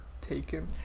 taken